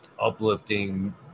uplifting